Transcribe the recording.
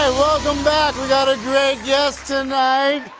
ah welcome back. we got a great guest tonight,